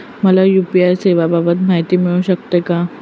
मला यू.पी.आय सेवांबाबत माहिती मिळू शकते का?